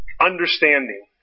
understanding